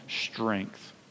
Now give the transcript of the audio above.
strength